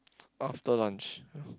after lunch